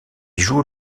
joue